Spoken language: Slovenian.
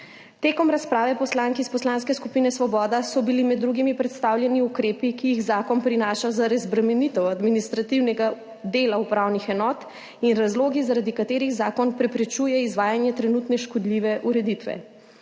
V razpravi poslank iz Poslanske skupine Svoboda so bili med drugim predstavljeni ukrepi, ki jih zakon prinaša za razbremenitev administrativnega dela upravnih enot, in razlogi, zaradi katerih zakon preprečuje izvajanje trenutne škodljive ureditve.